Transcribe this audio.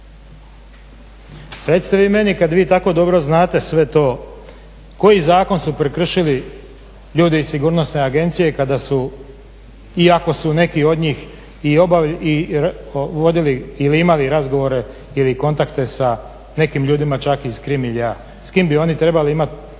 Recite vi meni kad vi tako dobro znate sve to, koji zakon su prekršili ljudi iz sigurnosne agencije kada su iako su neki od njih i vodili ili imali razgovore ili kontakte sa nekim ljudima čak iz krim miljea, s kim bi oni trebali imat